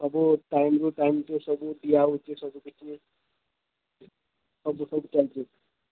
ସବୁ ଟାଇମ୍ରୁ ଟାଇମ୍ ତ ସବୁ ଦିଆ ହେଉଛି ସବୁକିଛି ସବୁ ସବୁ ଚାଲିଛି